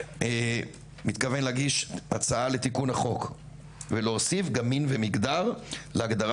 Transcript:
אני מתכוון להגיש הצעה לתיקון החוק ולהוסיף גם מין ומגדר להגדרה